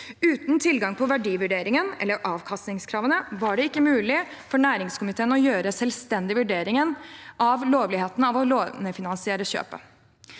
Uten tilgang på verdivurderingen eller avkastningskravene var det ikke mulig for næringskomiteen å gjøre en selvstendig vurdering av lovligheten av å lånefinansiere kjøpet.